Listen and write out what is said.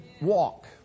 walk